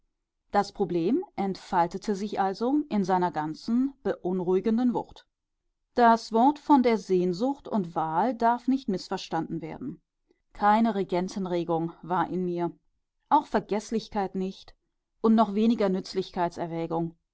das problem entfaltete sich also in seiner ganzen beunruhigenden wucht das wort von der sehnsucht und wahl darf nicht mißverstanden werden keine regentenregung war in mir auch vergeßlichkeit nicht und noch weniger